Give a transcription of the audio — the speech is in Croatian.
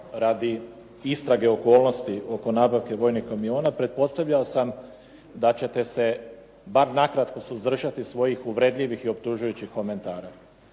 radi istrage okolnosti oko nabavke vojnih kamiona, pretpostavljao sam da ćete se bar nakratko suzdržati svojih uvredljivih i optužujućih komentara.